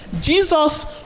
Jesus